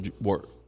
work